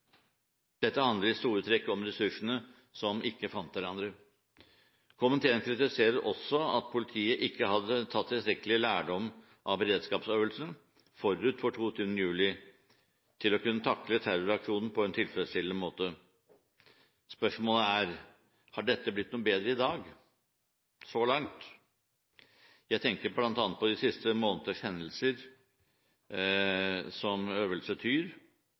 Dette handler i store trekk om ressursene som ikke fant hverandre. Komiteen kritiserer også at politiet ikke hadde tatt tilstrekkelig lærdom av beredskapsøvelsen forut for 22. juli til å kunne takle terroraksjonen på en tilfredsstillende måte. Spørsmålet er: Har dette så langt blitt noe bedre? Jeg tenker bl.a. på de siste måneders hendelser, som Øvelse Tyr